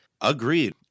agreed